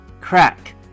Crack